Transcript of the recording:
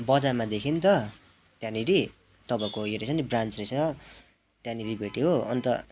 बजारमा देखेँ नि त त्यहाँनिर तपाईँहरूको उयो रहेछ ब्रान्च रहेछ त्यहाँनिर भेटेँ हो अन्त